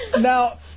Now